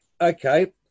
Okay